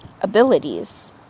abilities